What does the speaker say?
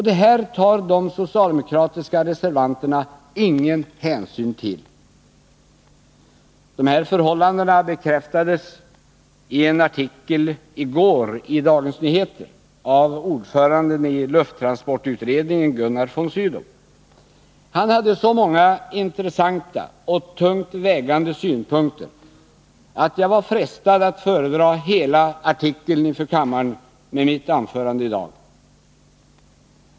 Detta tar de socialdemokratiska reservanterna ingen hänsyn till. De här förhållandena bekräftades i en artikel i Dagens Nyheter i går av ordföranden i lufttransportutredningen, Gunnar von Sydow. Han hade så många intressanta och tungt vägande synpunkter att jag var frestad att föredra hela artikeln inför kammaren i mitt anförande här i dag.